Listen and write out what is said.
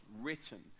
written